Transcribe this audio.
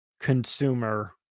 consumer